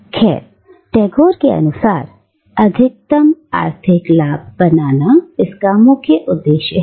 खैर टैगोर के अनुसार अधिकतम आर्थिक लाभ बनाना मुख्य उद्देश्य है